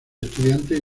estudiantes